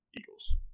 Eagles